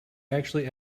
actually